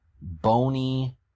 bony